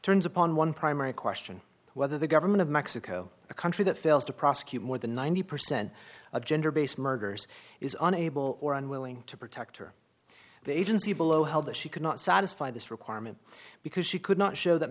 turns upon one primary question whether the government of mexico a country that fails to prosecute more than ninety percent of gender based murders is unable or unwilling to protect her the agency below held that she could not satisfy this requirement because she could not show that